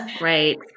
right